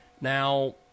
Now